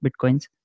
bitcoins